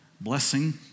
Blessing